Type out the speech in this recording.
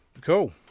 Cool